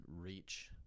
reach